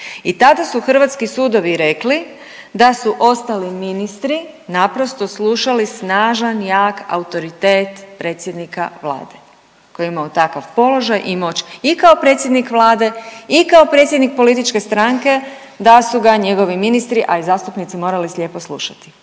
I tada su hrvatski sudovi rekli da su ostali ministri naprosto slušali snažan jak autoritet predsjednika Vlade koji je imao takav položaj i moć i kao predsjednik Vlade i kao predsjednik političke stranke da su ga njegovi ministri, a i zastupnici morali slijepo slušati.